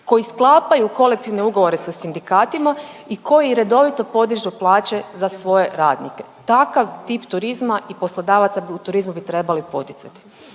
koji sklapaju kolektivne ugovore sa sindikatima i koji redovito podižu plaće za svoje radnike. Takav tip turizma i poslodavaca u turizmu bi trebali poticati.